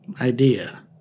idea